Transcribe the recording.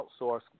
outsource